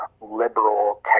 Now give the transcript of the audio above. liberal